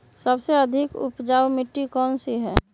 सबसे अधिक उपजाऊ मिट्टी कौन सी हैं?